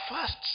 first